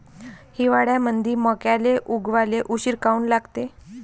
हिवाळ्यामंदी मक्याले उगवाले उशीर काऊन लागते?